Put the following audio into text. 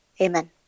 Amen